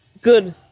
Good